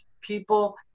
people